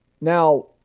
Now